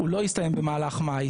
הוא לא הסתיים במהלך מאי.